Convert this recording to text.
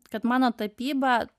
kad mano tapyba